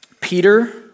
Peter